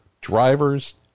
drivers